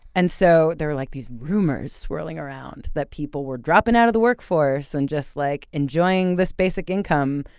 and so there were, like, these rumors swirling around that people were dropping out of the workforce and just, like, enjoying this basic income.